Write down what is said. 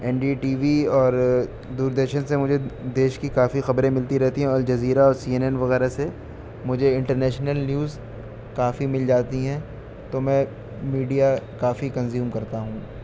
N D T V اور دوردرشن سے مجھے دیش کی کافی خبریں ملتی رہتی ہیں اور الجزیرہ اور سی این این وغیرہ سے مجھے انٹر نیشنل نیوز کافی مل جاتی ہیں تو میں میڈیا کافی کنزیوم کرتا ہوں